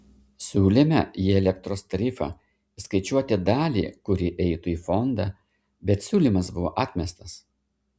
siūlėme į elektros tarifą įskaičiuoti dalį kuri eitų į fondą bet siūlymas buvo atmestas